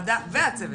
והצוות,